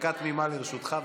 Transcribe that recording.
דקה תמימה לרשותך.